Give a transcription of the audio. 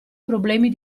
problemi